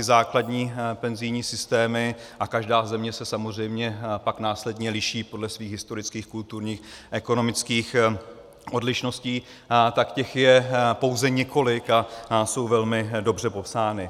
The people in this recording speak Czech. Základní penzijní systémy, a každá země se samozřejmě pak následně liší podle svých historických, kulturních, ekonomických odlišností, tak těch je pouze několik a jsou velmi dobře popsány.